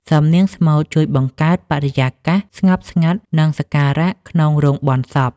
សំនៀងស្មូតជួយបង្កើតបរិយាកាសស្ងប់ស្ងាត់ និងសក្ការៈក្នុងរោងបុណ្យសព។